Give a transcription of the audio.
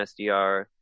SDR